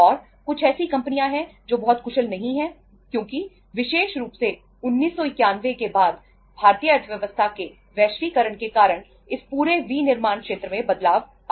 और कुछ ऐसी कंपनियां हैं जो बहुत कुशल नहीं हैं क्योंकि विशेष रूप से 1991 के बाद भारतीय अर्थव्यवस्था के वैश्वीकरण के कारण इस पूरे विनिर्माण क्षेत्र में बदलाव आया है